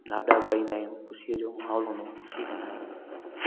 लाॾा ॻाईंदा आहियूं ख़ुशीअ जो माहौलु हूंदो ख़ुशी कंदा आहियूं